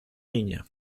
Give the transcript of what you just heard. niña